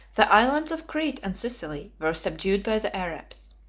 the islands of crete and sicily were subdued by the arabs.